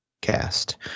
Cast